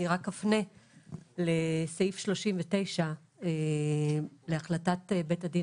אני רק אפנה לסעיף 39 להחלטת בית הדין